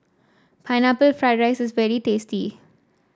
Pineapple Fried Rice is very tasty